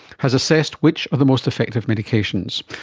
has assessed which are the most effective medications.